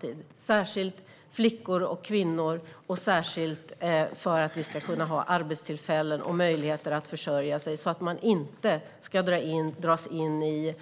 Det gäller särskilt flickor och kvinnor och särskilt arbetstillfällen och möjligheter att försörja sig, så att man inte ska dras in i